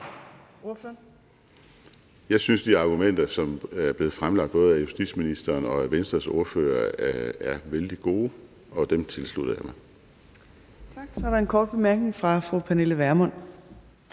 Jeg synes, de argumenter, som er blevet fremlagt både af justitsministeren og af Venstres ordfører, er vældig gode, og dem tilslutter jeg mig.